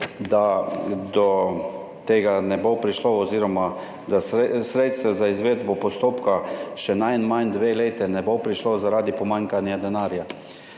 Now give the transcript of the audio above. do tega ne bo prišlo oziroma da sredstev za izvedbo postopka še najmanj dve leti ne bo zaradi pomanjkanja denarja.